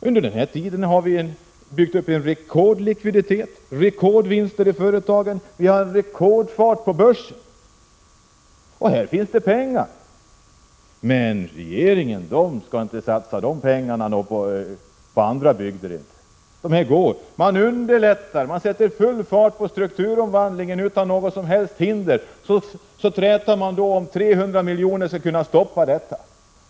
Under den här tiden har man byggt upp en rekordlikviditet med rekordvinster i företagen. Det har varit rekordfart på börsen. Här finns det pengar, men regeringen skall inte satsa de pengarna på andra bygder inte! Man underlättar och sätter full fart på strukturomvandlingen utan något som helst hinder. Sedan träter man om 300 milj.kr. som skulle kunna stoppa detta.